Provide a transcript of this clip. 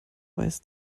weiß